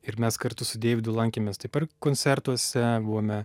ir mes kartu su deividu lankėmės taip ir koncertuose buvome